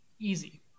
Easy